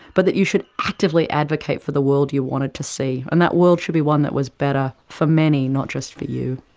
but you should actively advocate for the world you wanted to see, and that world should be one that was better for many, not just for you.